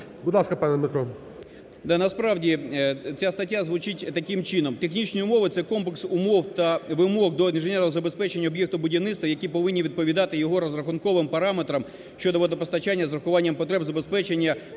насправді, ця стаття звучить таким чином. Технічні умови – це комплекс умов та вимог до інженерного забезпечення об'єкта будівництва, які повинні відповідати його розрахунковим параметрам щодо водопостачання з урахуванням потреб забезпечення пожежогасіння,